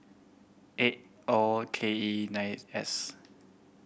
eight O K E nine S